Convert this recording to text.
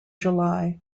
july